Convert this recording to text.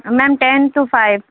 ma'am ten to five